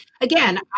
again